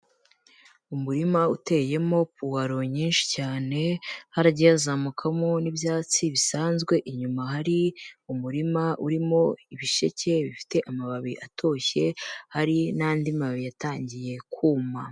Umurima uteyemo puwaro nyinshi cyane haragiye hazamukamo n'ibyatsi bisanzwe, inyuma hari umurima urimo ibisheke bifite amababi atoshye, hari n'andi mababi yatangiye kuma.